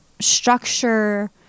structure